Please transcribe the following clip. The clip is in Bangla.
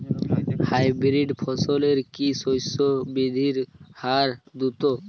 হাইব্রিড ফসলের কি শস্য বৃদ্ধির হার দ্রুত?